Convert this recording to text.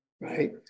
right